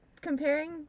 comparing